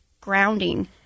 grounding